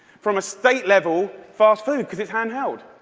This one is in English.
from a state level, fast food, because it's handheld.